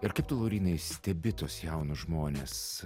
ir kaip tu laurynai stebi tuos jaunus žmones